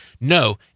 no